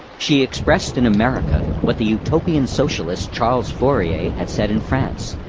she expressed in america what the utopian socialist charles fourier had said in france,